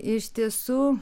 iš tiesų